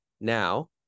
now